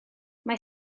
mae